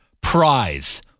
prize